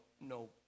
no